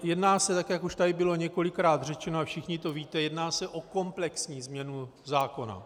Jedná se, jak už tady bylo několikrát řečeno a všichni to víte, o komplexní změnu zákona.